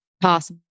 possible